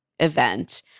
Event